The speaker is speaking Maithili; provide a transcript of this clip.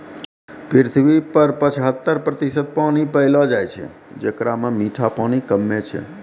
पृथ्वी पर पचहत्तर प्रतिशत पानी पैलो जाय छै, जेकरा म मीठा पानी कम्मे छै